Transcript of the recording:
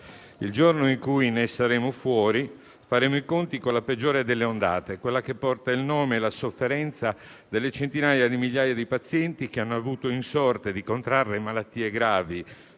Il giorno in cui ne saremo fuori faremo i conti con la peggiore delle ondate, quella che porta il nome e la sofferenza delle centinaia di migliaia di pazienti che hanno avuto in sorte di contrarre malattie gravi,